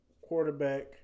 quarterback